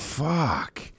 Fuck